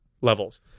levels